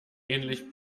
ähnlich